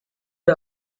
the